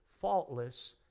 faultless